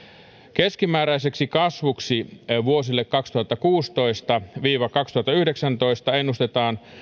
keskimääräiseksi kasvuksi vuosille kaksituhattakuusitoista viiva kaksituhattayhdeksäntoista ennustetaan